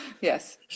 Yes